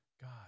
God